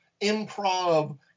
improv